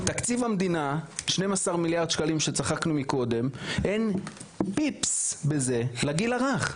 תקציב המדינה 12 מיליארד שקלים שצחקנו מקודם אין פיפס בזה לגיל הרך,